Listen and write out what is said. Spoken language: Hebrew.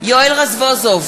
יואל רזבוזוב,